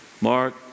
Mark